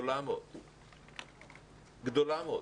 שנית,